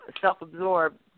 self-absorbed